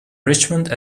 richmond